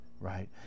right